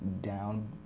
down